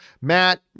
Matt